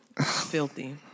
Filthy